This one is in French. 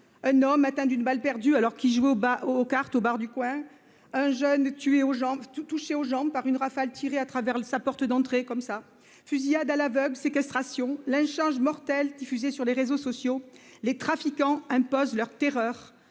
Un homme atteint d'une balle perdue alors qu'il jouait au bas aux cartes, au bar du coin. Un jeune tué aux jambes tout touché aux jambes par une rafale tirée à travers le sa porte d'entrée comme ça. Fusillade à l'aveugle, séquestration. Mortel diffusé sur les réseaux sociaux, les trafiquants imposent leur terreur